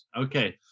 okay